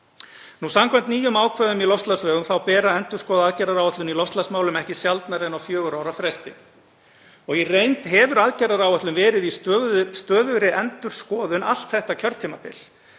Samkvæmt nýjum ákvæðum í loftslagslögum ber að endurskoða aðgerðaáætlun í loftslagsmálum ekki sjaldnar en á fjögurra ára fresti. Í reynd hefur aðgerðaáætlun verið í stöðugri endurskoðun allt þetta kjörtímabil.